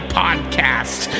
podcast